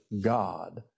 God